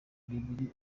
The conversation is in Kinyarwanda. biri